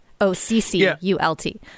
O-C-C-U-L-T